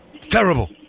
Terrible